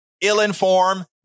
ill-informed